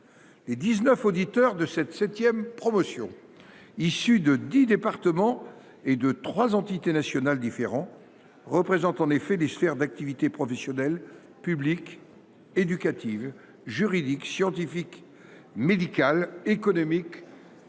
neuf auditeurs de la septième promotion, issus de dix départements et de trois organismes nationaux différents, représentent en effet des sphères d’activités professionnelles, publiques, éducatives, juridiques, scientifiques, médicales, économiques, ou